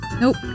Nope